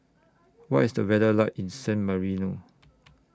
What IS The weather like in San Marino